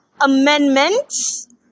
amendments